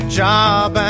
job